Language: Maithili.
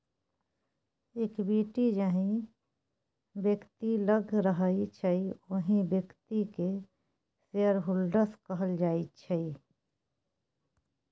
इक्विटी जाहि बेकती लग रहय छै ओहि बेकती केँ शेयरहोल्डर्स कहल जाइ छै